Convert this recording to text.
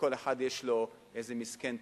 לכל אחד יש איזה מסכן תורן,